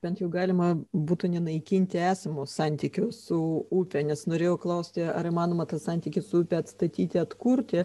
bent jau galima būtų nenaikinti esamo santykio su upe nes norėjau klausti ar įmanoma tą santykį su upe atstatyti atkurti